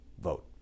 vote